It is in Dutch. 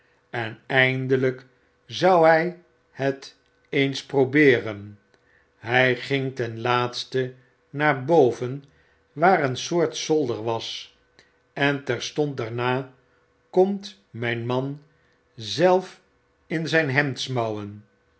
en eindelyk zou hy het eens probeeren hy ging ten laatste naar boven waar een soort zolder was en terstond daarna kom t myn man zelf in zijn hemdsmouwen